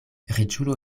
riĉulo